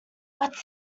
what’s